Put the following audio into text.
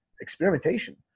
experimentation